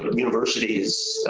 ah universities,